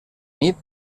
nit